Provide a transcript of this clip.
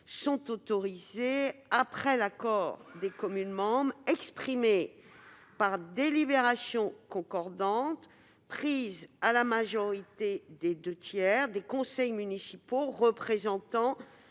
sont autorisées « avec l'accord de ses communes membres, exprimé par délibérations concordantes prises à la majorité des deux tiers des conseils municipaux représentant